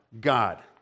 God